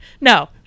No